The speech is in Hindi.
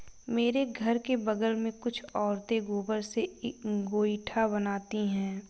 मेरे घर के बगल में कुछ औरतें गोबर से गोइठा बनाती है